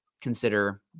consider